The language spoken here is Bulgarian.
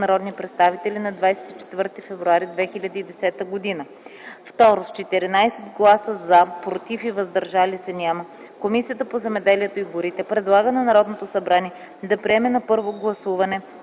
народни представители на 24 февруари 2010 г. 2. С 14 гласа “за”, “против” и “въздържали се” - няма, Комисията по земеделието и горите предлага на Народното събрание да приеме на първо гласуване